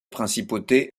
principauté